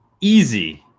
easy